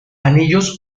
anillos